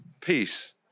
peace